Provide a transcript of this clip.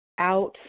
out